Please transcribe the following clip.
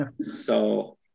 So-